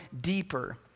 deeper